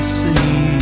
see